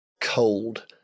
cold